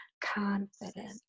confident